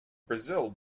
brazil